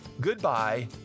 goodbye